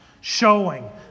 showing